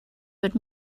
bit